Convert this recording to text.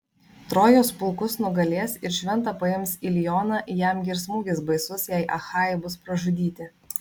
trojos pulkus nugalės ir šventą paims ilioną jam gi ir smūgis baisus jei achajai bus pražudyti